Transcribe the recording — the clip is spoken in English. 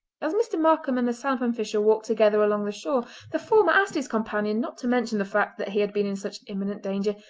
as mr. markam and the salmon-fisher walked together along the shore the former asked his companion not to mention the fact that he had been in such imminent danger,